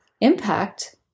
impact